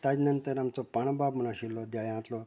ताचे नंतर आमचो पांडू बाब म्हण आशिल्लो देळ्यांतलो